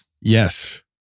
Yes